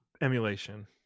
emulation